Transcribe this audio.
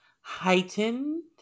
heightened